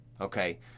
Okay